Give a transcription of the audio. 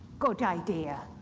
good idea,